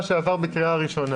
מה שעבר בקריאה ראשונה,